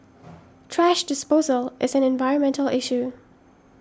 thrash disposal is an environmental issue